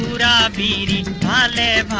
da da da